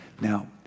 Now